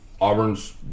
Auburn's